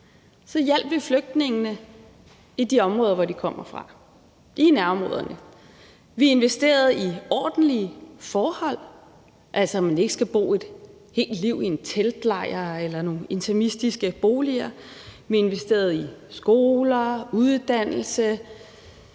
hjalp vi flygtningene i de områder, som de kommer fra, altså i nærområderne. Vi investerede i ordentlige forhold, så man ikke skulle bo et helt liv i en teltlejr eller i interimistiske boliger. Vi investerede i skoler og uddannelse.